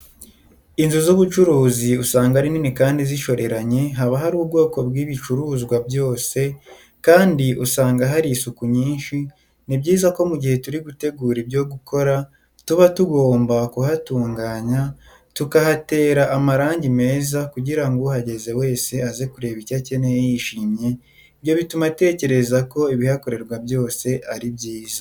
Inzu z'ubucuruzi usanga ari nini kandi zishoreranye haba hari ubwoko bw'ibicuruzwa bwose kandi usanga hari isuku nyinshi, ni byiza ko mu gihe turi gutegura ibyo gukora tuba tugomba kuhatunganya tukahatera amarange meza kugira ngo uhageze wese aze kureba icyo akeneye yishimye, ibyo bituma atekereza ko ibihakorerwa byose ari byiza.